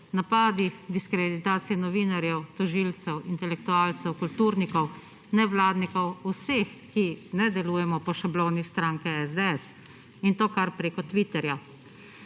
Napadi, diskreditacije novinarjev, tožilcev, intelektualcev, kulturnikov, nevladnikov, vseh ki ne delujemo po šabloni stranke SDS in to kar preko tviterja,